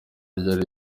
ryari